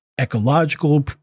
ecological